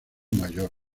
mayor